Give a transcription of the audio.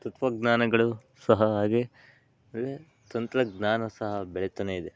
ತತ್ವಜ್ಞಾನಗಳು ಸಹ ಹಾಗೆ ಒಳೆ ತಂತ್ರಜ್ಞಾನ ಸಹ ಬೆಳಿತಾನೆ ಇದೆ